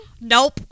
nope